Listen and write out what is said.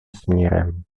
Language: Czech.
směrem